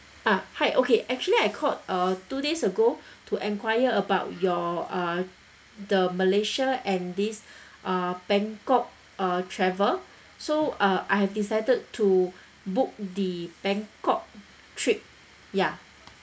uh hi okay actually I called uh two days ago to enquire about your uh the malaysia and this uh bangkok uh travel so uh I have decided to book the bangkok trip ya